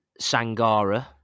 Sangara